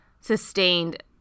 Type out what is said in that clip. sustained